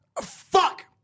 Fuck